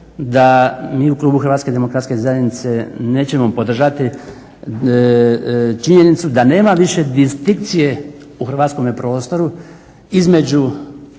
da mi u klubu HDZ-a nećemo podržati činjenicu da nema više distinkcije u hrvatskome prostoru između